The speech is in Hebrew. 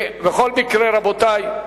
בכל מקרה, רבותי,